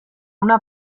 una